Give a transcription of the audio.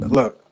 Look